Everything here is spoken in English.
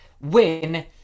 win